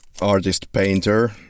artist-painter